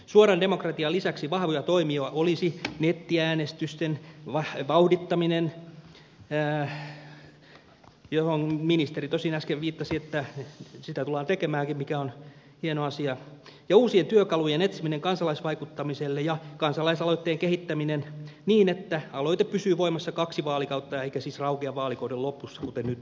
suoran demokratian lisäksi vahvoja toimia olisivat nettiäänestysten vauhdittaminen johon ministeri tosin äsken viittasi että sitä tullaan tekemäänkin mikä on hieno asia ja uusien työkalujen etsiminen kansalaisvaikuttamiselle ja kansalaisaloitteen kehittäminen niin että aloite pysyy voimassa kaksi vaalikautta eikä siis raukea vaalikauden lopussa kuten nyt tapahtuu